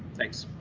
thanks.